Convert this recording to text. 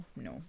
no